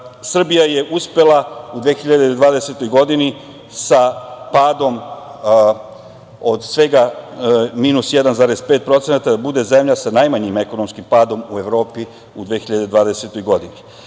Srbija je uspela u 2020. godini, sa padom od svega minus 1,5% da bude zemlja sa najmanjim ekonomskim padom u Evropi u 2020. godini. Vlada